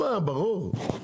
ברור.